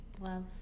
Love